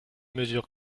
mesures